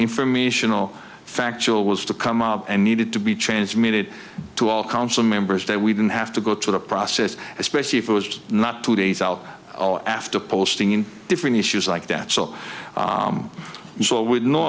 informational factual was to come up and needed to be transmitted to all council members they wouldn't have to go through the process especially if it was just not two days out after posting in different issues like that so usual with no